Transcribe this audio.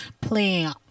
Playing